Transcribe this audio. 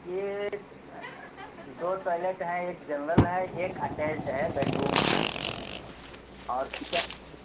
یہ دو ٹوائلٹ ہیں ایک جنرل ہے ایک اٹیچڈ ہے بیڈ روم سے اور کچن